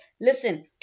Listen